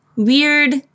weird